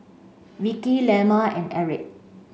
Vickey Lemma and Erick